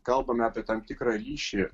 kalbame apie tam tikrą ryšį